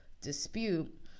dispute